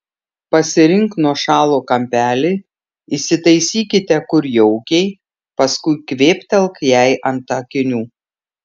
pasirink nuošalų kampelį įsitaisykite kur jaukiai paskui kvėptelk jai ant akinių